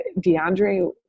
deandre